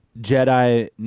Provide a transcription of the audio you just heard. Jedi